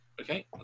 Okay